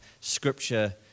Scripture